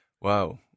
Wow